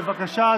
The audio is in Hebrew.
בבקשה,